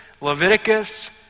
Leviticus